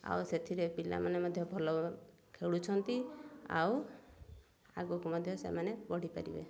ଆଉ ସେଥିରେ ପିଲାମାନେ ମଧ୍ୟ ଭଲ ଖେଳୁଛନ୍ତି ଆଉ ଆଗକୁ ମଧ୍ୟ ସେମାନେ ବଢ଼ିପାରିବେ